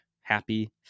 Happy